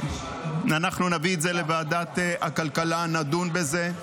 ואנחנו נביא את זה לוועדת הכלכלה, נדון בזה.